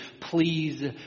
please